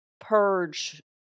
purge